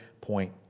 point